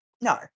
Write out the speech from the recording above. No